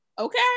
Okay